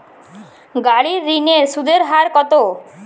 গাড়ির ঋণের সুদের হার কতো?